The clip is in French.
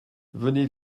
venez